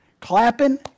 Clapping